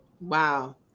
Wow